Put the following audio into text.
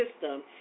system